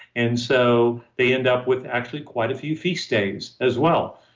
and so they end up with actually quite a few fee stays as well.